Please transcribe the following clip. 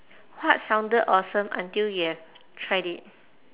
what sounded awesome until you have tried it